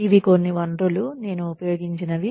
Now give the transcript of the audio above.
ఇవి కొన్ని వనరులు నేను ఉపయోగించాను